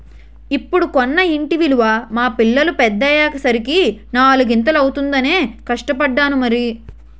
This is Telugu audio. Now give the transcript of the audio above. ఇప్పుడు కొన్న ఇంటి విలువ మా పిల్లలు పెద్దయ్యే సరికి నాలిగింతలు అవుతుందనే కష్టపడ్డాను మరి